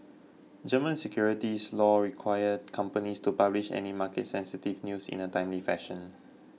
German securities law require companies to publish any market sensitive news in a timely fashion